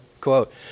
quote